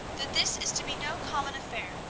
that this is to be no common affair.